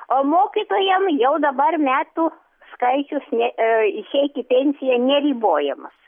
o mokytojam jau dabar metų skaičius ne išeit į pensiją neribojamas